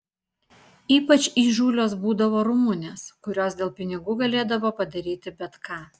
ypač įžūlios būdavo rumunės kurios dėl pinigų galėdavo padaryti bet ką